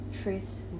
truths